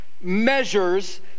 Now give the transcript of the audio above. measures